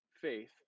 faith